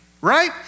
right